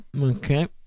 Okay